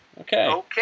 Okay